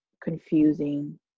confusing